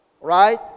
right